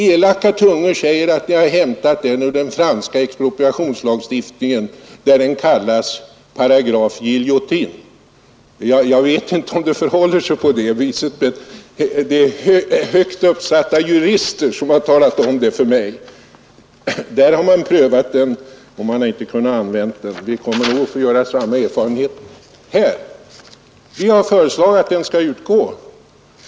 Elaka tungor säger att ni har hämtat den ur den franska expropriationslagen, där den kallas ”paragraphe guillotine”. Jag vet inte om det förhåller sig på det viset, men det finns jurister som påstår det. Man har alltså prövat paragrafen i Frankrike, och det påstås att man där inte kunnat använda den. Vi kommer nog att få göra samma erfarenhet här. Vi har föreslagit att den skall utgå.